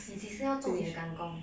你几时要种你的 kang kong